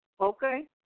okay